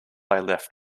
left